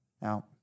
Now